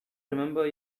remember